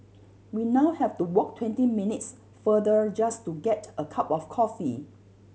we now have to walk twenty minutes farther just to get a cup of coffee